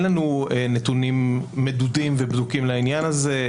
אין לנו נתונים מדודים ובדוקים לעניין הזה.